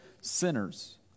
sinners